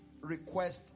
request